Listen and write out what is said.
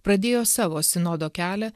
pradėjo savo sinodo kelią